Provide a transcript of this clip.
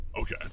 Okay